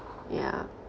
yeah